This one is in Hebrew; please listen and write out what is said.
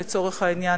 לצורך העניין,